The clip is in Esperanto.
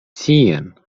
tien